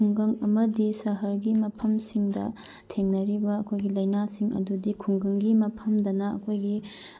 ꯈꯨꯡꯒꯪ ꯑꯃꯗꯤ ꯁꯍꯔꯒꯤ ꯃꯐꯝꯁꯤꯡꯗ ꯊꯦꯡꯅꯔꯤꯕ ꯑꯩꯈꯣꯏꯒꯤ ꯂꯥꯏꯅꯥꯁꯤꯡ ꯑꯗꯨꯗꯤ ꯈꯨꯡꯒꯪꯒꯤ ꯃꯐꯝꯗꯅ ꯑꯩꯈꯣꯏꯒꯤ